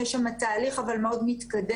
יש שם תהליך מאוד מתקדם.